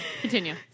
continue